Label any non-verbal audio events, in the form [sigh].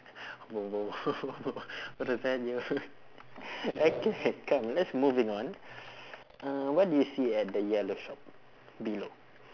[laughs] !woah! !woah! [laughs] what a yo [laughs] okay come let's moving on uh what do you see at the yellow shop below